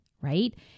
right